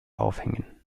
aufhängen